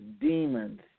demons